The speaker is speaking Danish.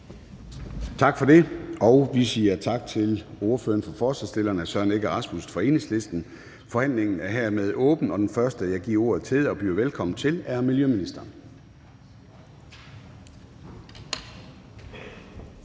Gade): Vi siger tak til ordføreren for forslagsstillerne, hr. Søren Egge Rasmussen fra Enhedslisten. Forhandlingen er hermed åbnet. Den første, jeg giver ordet til og byder velkommen til, er miljøministeren.